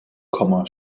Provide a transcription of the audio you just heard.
komma